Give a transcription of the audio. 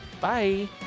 Bye